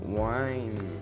wine